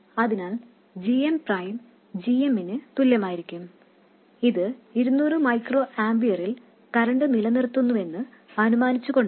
അതിനാൽ gm prime gm ന് തുല്യമായിരിക്കും ഇത് 200 മൈക്രോ ആമ്പിയറിൽ കറന്റ് നിലനിർത്തുന്നുവെന്ന് അനുമാനിച്ചുകൊണ്ടാണ്